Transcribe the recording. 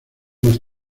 más